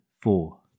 four